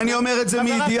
אני אומר את זה מידיעה.